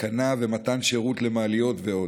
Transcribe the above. התקנה ומתן שירות למעליות ועוד.